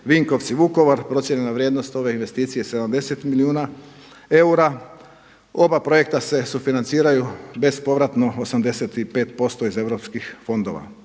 Vinkovci-Vukovar. Procijenjena vrijednost ove investicije je 70 milijuna eura. Oba projekta se sufinanciraju bespovratno 85% iz europskih fondova.